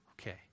Okay